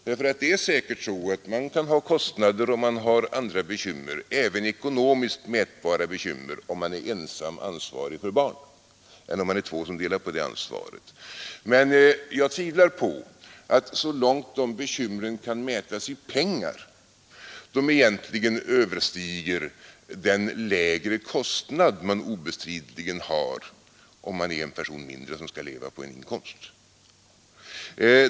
Det är säkert så att man kan ha andra kostnader och andra bekymmer — även ekonomiskt mätbara — om man är ensam ansvarig för barn än om man är två som delar på det ansvaret. Men jag tvivlar på att de bekymren, så länge de kan mätas i pengar, egentligen överstiger den kostnadsminskning man obestridligen har om det är en person mindre som skall leva på en inkomst.